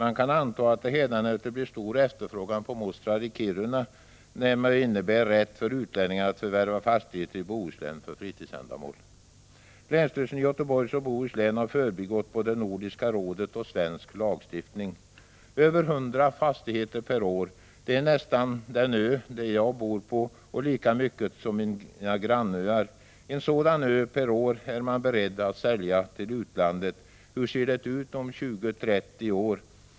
Man kan anta att det hädanefter blir stor efterfrågan på mostrar i Kiruna, när det innebär rätt för utlänningar att förvärva fastigheter i Bohuslän för fritidsändamål. Länsstyrelsen i Göteborgs och Bohus län har förbigått både Nordiska rådet och svensk lagstiftning. Över 100 fastigheter per år — det är nästan lika mycket som den ö jag bor på, och lika mycket som mina grannöar. En sådan ö per år är man beredd att sälja till utlandet. Hur ser det ut om 20-30 år?